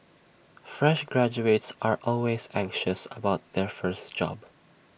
fresh graduates are always anxious about their first job